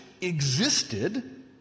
existed